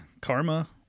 karma